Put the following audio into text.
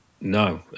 no